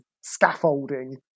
scaffolding